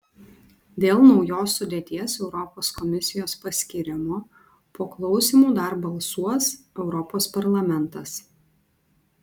dėl naujos sudėties europos komisijos paskyrimo po klausymų dar balsuos europos parlamentas